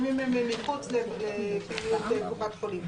לפעמים הם מחוץ לפעילות קופת חולים.